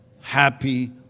happy